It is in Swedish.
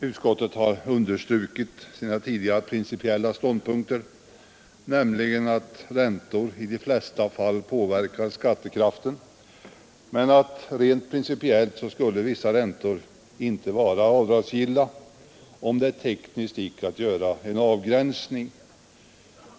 Utskottet har understrukit sin tidigare principiella ståndpunkt, nämligen att räntor i de flesta fall påverkar skattekraften, men att vissa räntor rent principiellt inte borde vara avdragsgilla, om det tekniskt gick att göra en avgränsning.